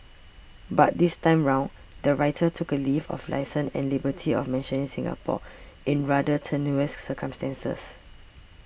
but this time round the writer took a leave of licence and liberty of mentioning Singapore in rather tenuous circumstances